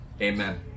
Amen